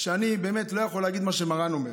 אני באמת לא יכול להגיד מה שמרן אומר.